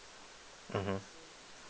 mmhmm